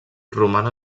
roman